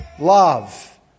Love